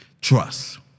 Trust